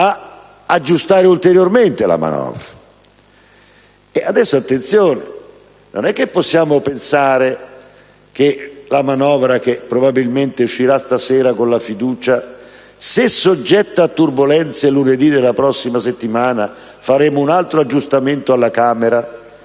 aggiustare ulteriormente la manovra.